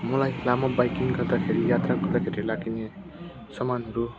मलाई लामो बाइकिङ गर्दाखेरि यात्रा गर्दाखेरि लाग्ने सामानहरू